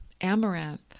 amaranth